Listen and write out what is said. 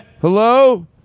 Hello